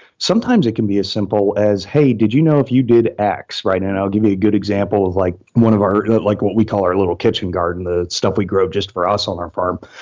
sometimes it can be as simple as, hey, did you know if you did x, and i'll give you a good example of like one of our like what we call our little kitchen garden, the stuff we grow just for us on our farm.